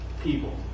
people